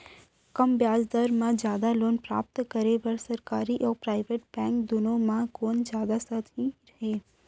कम ब्याज दर मा जादा लोन प्राप्त करे बर, सरकारी अऊ प्राइवेट बैंक दुनो मा कोन जादा सही हे?